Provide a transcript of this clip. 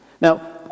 Now